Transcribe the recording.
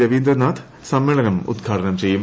രവീന്ദ്രനാഥ് സമ്മേളനം ഉദ്ഘാടനം ചെയ്യും